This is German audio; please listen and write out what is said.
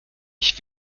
ich